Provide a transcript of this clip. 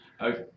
Okay